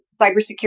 cybersecurity